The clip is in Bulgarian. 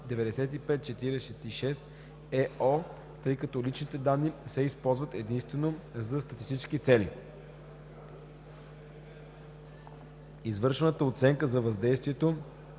95/46/ЕО, тъй като личните данни се използват единствено за статистически цели. Извършената оценка на въздействието